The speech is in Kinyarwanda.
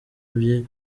bye